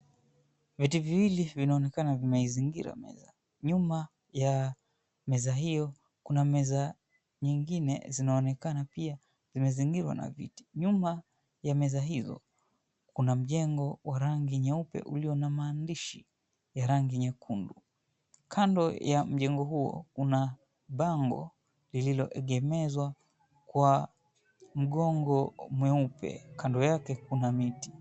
Viti viwili vinaonekana vimeizingira meza. Nyuma ya meza hiyo kuna meza nyingine zinaonekana pia zimezingirwa na viti. Nyuma ya meza hizo kuna mjengo wa rangi nyeupe ulio na maandishi ya rangi nyekundu. Kando ya mjengo huo kuna bango lililoegemezwa kwa mgongo mweupe. Kando yake kuna miti.